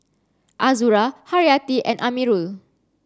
Azura Haryati and Amirul